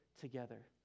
together